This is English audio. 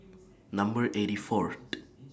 Number eighty Fourth